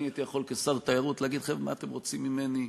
הייתי יכול כשר תיירות להגיד לכם: מה אתם רוצים ממני,